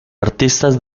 artistas